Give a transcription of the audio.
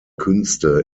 künste